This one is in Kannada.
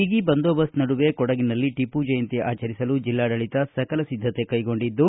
ಬಿಗಿ ಬಂದೋಬಸ್ತ ನಡುವೆ ಕೊಡಗಿನಲ್ಲಿ ಟಿಪ್ಪುಜಯಂತಿ ಆಚರಿಸಲು ಜೆಲ್ಲಾಡಳಿತ ಸಕಲ ಸಿದ್ದತೆ ಕೈಗೊಂಡಿದ್ದು